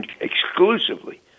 exclusively